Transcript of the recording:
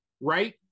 right